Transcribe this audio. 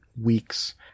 weeks